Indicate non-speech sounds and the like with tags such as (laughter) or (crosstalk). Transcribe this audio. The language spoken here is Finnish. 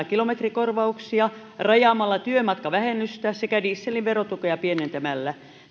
(unintelligible) kilometrikorvauksia rajaamalla työmatkavähennystä sekä dieselin verotukea pienentämällä